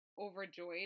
overjoyed